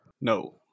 No